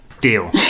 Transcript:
Deal